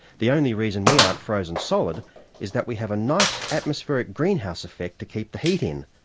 the only reason we aren't frozen solid is that we have a nice atmospheric greenhouse effect to keep the heat in,